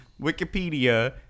Wikipedia